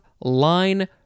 line